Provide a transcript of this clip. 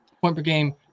point-per-game